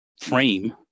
frame